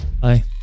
bye